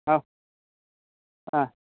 ಹಾಂ ಹಾಂ